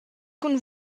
cun